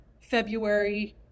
February